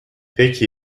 peki